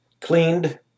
Cleaned